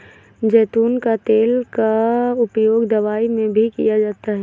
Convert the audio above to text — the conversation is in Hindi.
ज़ैतून का तेल का उपयोग दवाई में भी किया जाता है